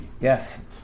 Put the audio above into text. Yes